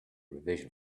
revision